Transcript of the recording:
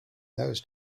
those